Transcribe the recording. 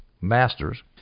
masters